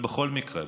בכל מקרה,